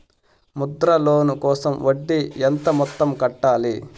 Mudra loan కోసం వడ్డీ ఎంత మొత్తం కట్టాలి